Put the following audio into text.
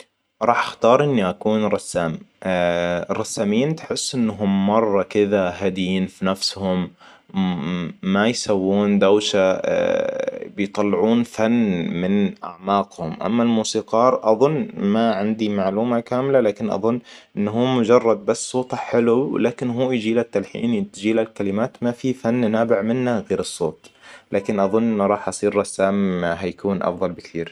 راح اختار إني اكون رسام الرسامين تحس إنهم مرة كذا هاديين في نفسهم ما يسوون دوشة بيطلعون فن من أعماقهم أما الموسيقار أظن ما عندي معلومة كاملة لكن اظن إن هو مجرد بس صوته حلو ولكن هو يجيلك للتلحين تجيلك كلمات ما في فن نابع منه غير الصوت. لكن اظن راح اصير رسم حيكون أفضل بكثير